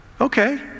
okay